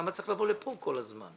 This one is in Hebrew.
למה צריך לבוא לכאן כל הזמן?